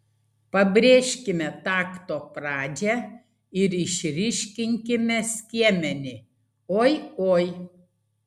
pabrėžkime takto pradžią ir išryškinkime skiemenį oi oi